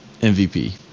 MVP